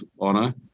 honor